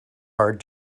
hard